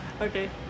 Okay